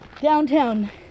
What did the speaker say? Downtown